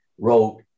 wrote